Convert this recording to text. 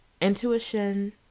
intuition